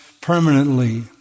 permanently